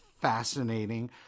fascinating